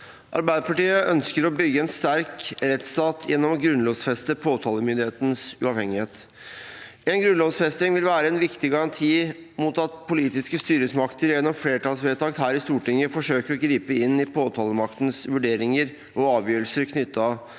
Arbeiderpartiet øns- ker å bygge en sterk rettsstat gjennom å grunnlovfeste påtalemyndighetens uavhengighet. En grunnlovfesting vil være en viktig garanti mot at politiske styresmakter gjennom flertallsvedtak her i Stortinget forsøker å gripe inn i påtalemaktens vurderinger og avgjørelser knyttet